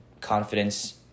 confidence